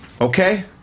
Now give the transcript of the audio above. Okay